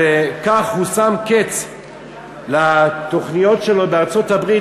וכך הוא שם קץ לתוכניות שלו בארצות-הברית